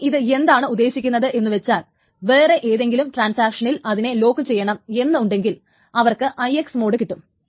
ഇനി ഇത് എന്താണ് ഉദ്ദേശിക്കുന്നത് എന്നു വച്ചാൽ വേറെ ഏതെങ്കിലും ട്രാൻസാക്ഷനിൽ അതിനെ ലോക്കുചെയ്യണം എന്നുണ്ടെങ്കിൽ അവർക്ക് IX മോഡ് കിട്ടും